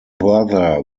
brother